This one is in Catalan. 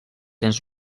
ens